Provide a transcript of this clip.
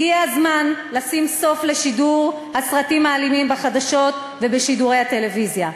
הגיע הזמן לשים סוף לשידור הסרטים האלימים בחדשות ובשידורי הטלוויזיה.